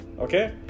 okay